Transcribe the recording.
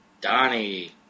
Donnie